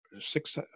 six